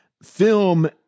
Film